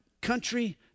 country